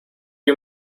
you